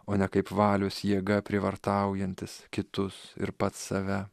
o ne kaip valios jėga prievartaujantis kitus ir pats save